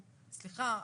סליחה,